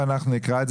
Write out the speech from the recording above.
ואנחנו נקרא את זה.